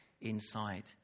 inside